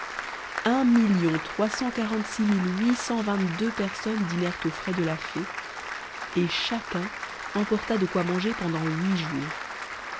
mille huit cent vingt-deux personnes dînèrent aux frais de la fée et chacun emporta de quoi manger pendant huit jours